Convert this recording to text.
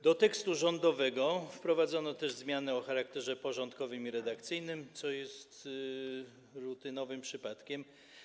Do tekstu rządowego wprowadzono też zmiany o charakterze porządkowym i redakcyjnym, co jest rutynowym przypadkiem.